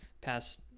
past